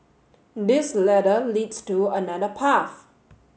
this ladder leads to another path